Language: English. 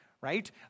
right